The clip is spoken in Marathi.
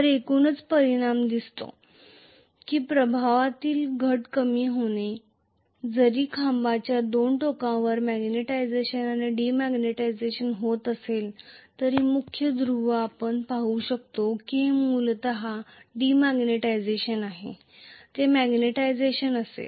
तर एकूणच परिणाम दिसतो की प्रवाहातील घट कमी होते जरी खांबाच्या दोन टोकांवर मॅग्नेटिझेशन आणि डीमॅग्निटायझेशन होत असले तरी मुख्य ध्रुव आपण पाहू शकता की हे मूलत डिमग्नेटायझेशन आहे हे मॅग्निटायझेशन आहे